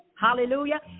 hallelujah